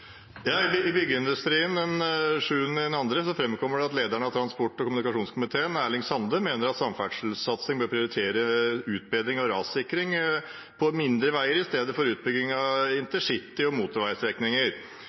Byggeindustrien den 7. februar fremkommer det at leder i transport- og kommunikasjonskomiteen på Stortinget, Erling Sande , mener at en samferdselssatsing bør prioritere utbedring og rassikring på mindre veier i stedet for utbygging av